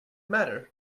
matter